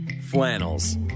flannels